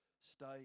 Stay